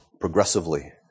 progressively